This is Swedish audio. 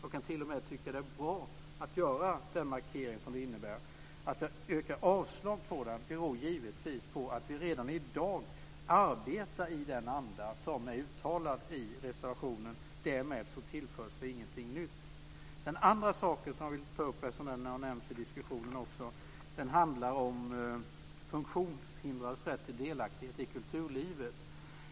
Jag kan t.o.m. tycka att det är bra att göra den markering som den innebär. Att jag yrkar avslag på den beror givetvis på att vi redan i dag arbetar i den anda som är uttalad i reservationen. Därmed tillförs ingenting nytt. Den andra saken som jag vill ta upp, eftersom den också har nämnts i diskussionerna, handlar om funktionshindrades rätt till delaktighet i kulturlivet.